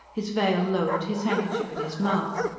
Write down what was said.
his veil lowered, his handkerchief at his mouth.